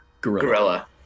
gorilla